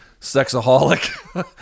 sexaholic